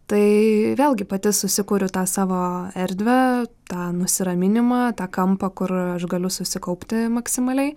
tai vėlgi pati susikuriu tą savo erdvę tą nusiraminimą tą kampą kur aš galiu susikaupti maksimaliai